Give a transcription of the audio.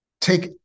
take